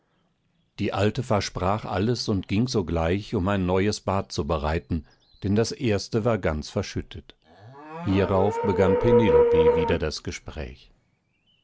die alte versprach alles und ging sogleich um ein neues bad zu bereiten denn das erste war ganz verschüttet hierauf begann penelope wieder das gespräch